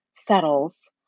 Settles